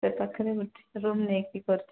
ସେ ପାଖରେ ଗୋଟେ ରୁମ୍ ନେଇକି କରୁଛି